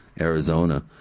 Arizona